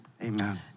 Amen